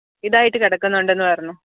ഇതായിട്ട് കിടക്കുന്നുണ്ടെന്ന് പറഞ്ഞു